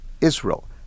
Israel